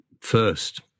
first